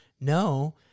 No